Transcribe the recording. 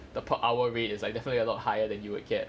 the per hour rate is like definitely a lot higher than you would get